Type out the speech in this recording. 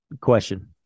Question